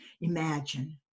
Imagine